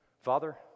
Father